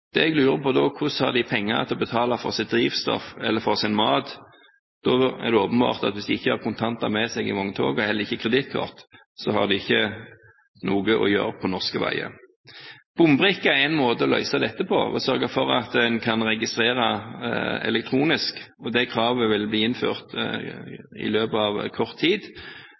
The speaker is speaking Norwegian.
bøter. Jeg lurer da på hvordan de har penger til å betale drivstoff eller mat. Det er åpenbart at hvis de ikke har med seg kontanter eller kredittkort i vogntoget, har de ikke noe å gjøre på norske veier. Bombrikke er én måte å sørge for at man kan registrere kjøretøy elektronisk. Krav om dette vil bli innført om kort tid.